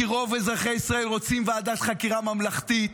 כי רוב אזרחי ישראל רוצים ועדת חקירה ממלכתית,